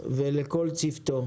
ולכל צוותו,